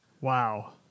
Wow